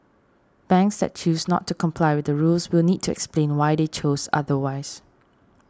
banks that choose not to comply with the rules will need to explain why they chose otherwise